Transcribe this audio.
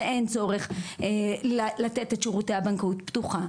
שבה אין צורך לתת את שירותי הבנקאות הפתוחה,